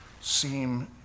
seem